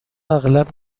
اغلب